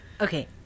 Okay